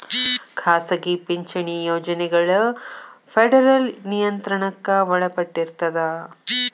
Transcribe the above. ಖಾಸಗಿ ಪಿಂಚಣಿ ಯೋಜನೆಗಳ ಫೆಡರಲ್ ನಿಯಂತ್ರಣಕ್ಕ ಒಳಪಟ್ಟಿರ್ತದ